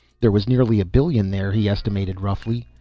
there was nearly a billion there, he estimated roughly.